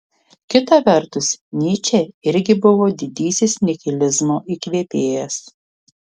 kita vertus nyčė irgi buvo didysis nihilizmo įkvėpėjas